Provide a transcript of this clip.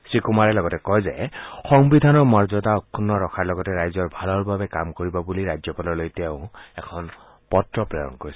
শ্ৰী কুমাৰে কয় যে সংবিধানৰ মৰ্যাদা অক্ষ্ণগ্ণ ৰখাৰ লগতে ৰাইজৰ ভালৰ বাবে কাম কৰিব বুলি ৰাজ্যপাললৈ তেওঁ এখন পত্ৰ প্ৰেৰণ কৰিছে